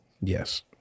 Yes